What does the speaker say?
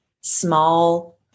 small